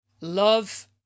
love